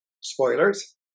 Spoilers